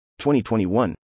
2021